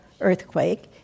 earthquake